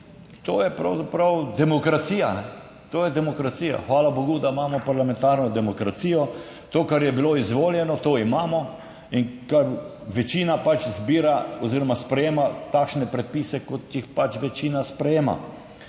to je pravzaprav demokracija. To je demokracija. Hvala bogu, da imamo parlamentarno demokracijo. To, kar je bilo izvoljeno, to imamo. In ker večina pač izbira oziroma sprejema takšne predpise, kot jih pač večina sprejema.